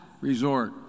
resort